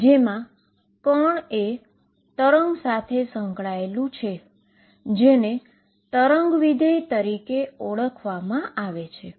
જેમા પાર્ટીકલ એક વેવ સંકળાયેલું છે જેને વેવ ફંક્શન તરીકે ઓળખવામાં આવે છે